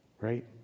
Right